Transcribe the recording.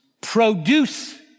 produce